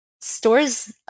stores